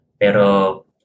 pero